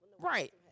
right